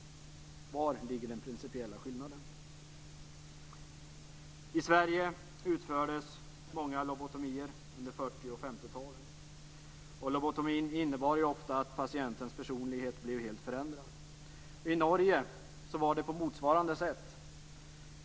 Vari ligger den principiella skillnaden? I Sverige utfördes många lobotomier under 40 och 50-talen. Lobotomin innebar ofta att patientens personlighet blev helt förändrad. I Norge var det på motsvarande sätt.